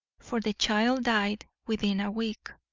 for the child died within a week,